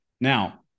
Now